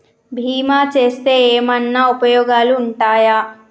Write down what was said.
బీమా చేస్తే ఏమన్నా ఉపయోగాలు ఉంటయా?